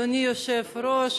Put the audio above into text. אדוני היושב-ראש,